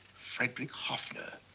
frederick hoffner,